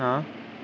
ہاں